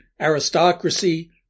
aristocracy